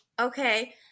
Okay